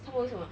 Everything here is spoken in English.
他们为什么